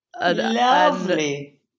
lovely